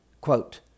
quote